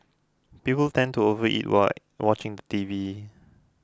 people tend to overeat while watching the T V